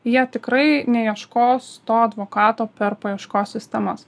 jie tikrai neieškos to advokato per paieškos sistemas